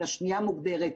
השנייה מוגדרת,